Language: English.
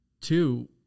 two